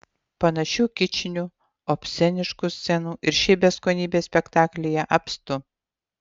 panašių kičinių obsceniškų scenų ir šiaip beskonybės spektaklyje apstu